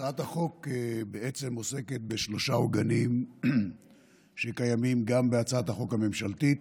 הצעת החוק בעצם עוסקת בשלושה עוגנים שקיימים גם בהצעת החוק הממשלתית,